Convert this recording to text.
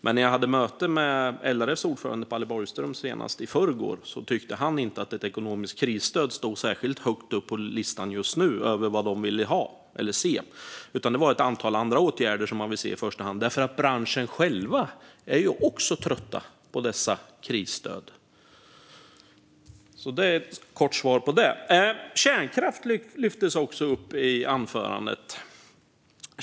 Men när jag hade ett möte med LRF:s ordförande Palle Borgström senast i förrgår tyckte inte han att ett ekonomiskt krisstöd just nu stod särskilt högt upp på listan över vad de ville se. Det var ett antal andra åtgärder som man ville se i första hand. Branschen själv är ju också trött på dessa krisstöd. Det var ett kort svar på frågan. Kärnkraft lyftes också upp i anförandet.